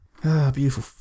Beautiful